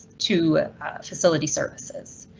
to facility services.